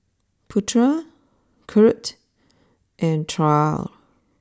Petra Kurt and Trae